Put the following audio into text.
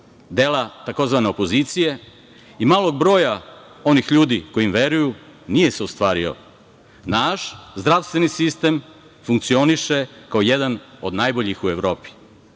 dela takozvane opozicije i malog broja onih ljudi koji im veruju nije se ostvario. Naš zdravstveni sistem funkcioniše kao jedan od najboljih u Evropi.